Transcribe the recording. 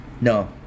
No